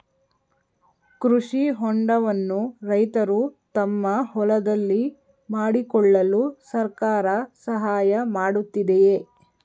ಕೃಷಿ ಹೊಂಡವನ್ನು ರೈತರು ತಮ್ಮ ಹೊಲದಲ್ಲಿ ಮಾಡಿಕೊಳ್ಳಲು ಸರ್ಕಾರ ಸಹಾಯ ಮಾಡುತ್ತಿದೆಯೇ?